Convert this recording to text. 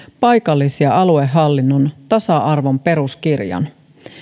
paikallis ja aluehallinnon tasa arvon peruskirjan